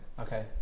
Okay